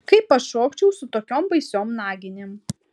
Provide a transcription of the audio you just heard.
kaip aš šokčiau su tokiom baisiom naginėm